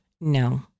no